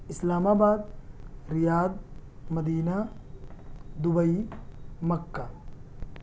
اسلام آباد Riyadh Medina Dubai مکہ